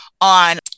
on